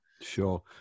Sure